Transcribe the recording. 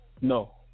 No